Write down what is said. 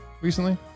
recently